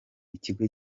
ikigo